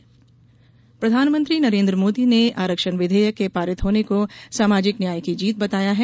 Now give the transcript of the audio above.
मोदी आरक्षण प्रतिक्रिया प्रधानमंत्री नरेन्द्र मोदी ने आरक्षण विधेयक के पारित होने को सामाजिक न्याय की जीत बताया है